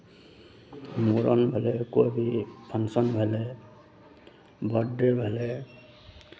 मूड़न भेलै कोई भी फंक्सन भेलै बड्डे भेलै